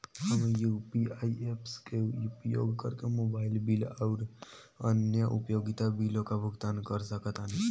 हम UPI apps के उपयोग करके मोबाइल बिल आउर अन्य उपयोगिता बिलों का भुगतान कर सकतानी